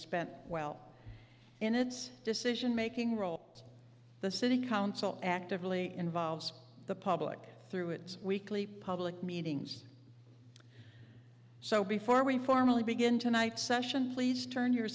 spent well in its decision making role the city council actively involves the public through its weekly public meetings so before we formally begin tonight session please turn your